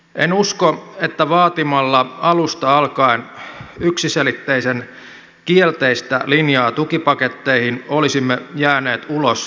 en usko että vaatimalla alusta alkaen yksiselitteisen kielteistä linjaa tukipaketteihin olisimme jääneet ulos hallituksesta